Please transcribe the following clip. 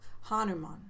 Hanuman